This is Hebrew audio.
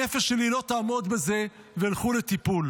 הנפש שלי לא תעמוד בזה, וילכו לטיפול.